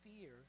fear